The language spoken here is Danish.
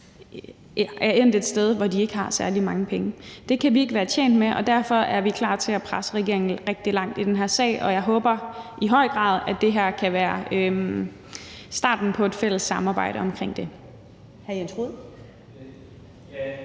er endt et sted, hvor de ikke har særlig mange penge. Det kan vi ikke være tjent med, og derfor er vi klar til at presse regeringen rigtig meget i den her sag, og jeg håber i høj grad, at det her kan være starten på et fælles samarbejde om det.